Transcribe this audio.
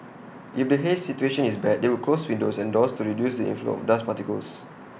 if the haze situation is bad they will close windows and doors to reduce inflow of dust particles